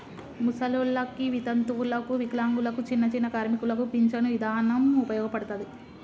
ముసలోల్లకి, వితంతువులకు, వికలాంగులకు, చిన్నచిన్న కార్మికులకు పించను ఇదానం ఉపయోగపడతది